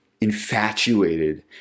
infatuated